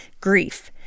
grief